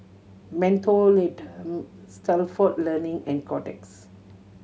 Mentholatum Stalford Learning and Kotex